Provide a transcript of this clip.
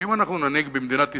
שאם אנחנו ננהיג במדינת ישראל,